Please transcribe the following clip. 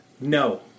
No